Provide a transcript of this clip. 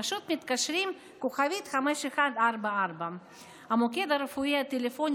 פשוט מתקשרים 5144*. המוקד הרפואי הטלפוני